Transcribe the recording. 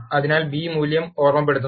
അതിനാൽ ബി മൂല്യം ഓർമ്മപ്പെടുത്തുന്നു